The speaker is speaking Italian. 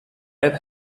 red